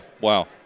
Wow